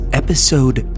episode